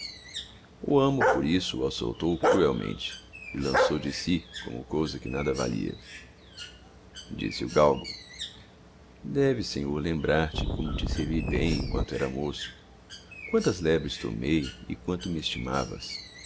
amo por isso o acoutou grtiélmeote e lançou de ú como cousa que nada valia r dise o galgo deves senhoir lembrar e como te servi ben em quanto era íaoço quantos lebres tomei e quanto me esti